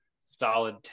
solid